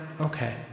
Okay